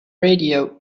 radio